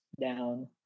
down